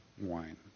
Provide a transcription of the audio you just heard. wine